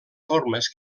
formes